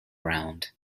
round